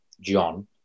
John